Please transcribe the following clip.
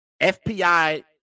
FPI